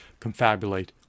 confabulate